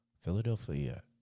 Philadelphia